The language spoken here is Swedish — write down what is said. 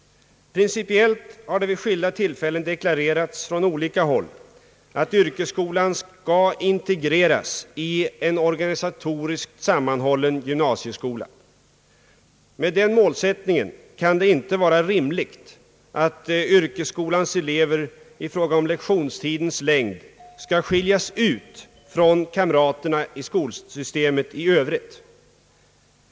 Principiellt har det vid skilda tillfällen från olika håll deklarerats att yrkesskolan skall integreras i en organisatoriskt sammanhållen gymnasieskola. Med den målsättningen kan det inte vara rimligt att yrkesskolans elever i fråga om lektionstidens längd skall skiljas ut från kamraterna i skolsystemet i övrigt.